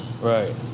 Right